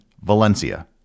Valencia